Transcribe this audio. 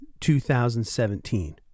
2017